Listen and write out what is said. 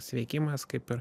sveikimas kaip ir